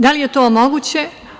Da li je to moguće?